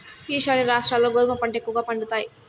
ఈశాన్య రాష్ట్రాల్ల గోధుమ పంట ఎక్కువగా పండుతాయి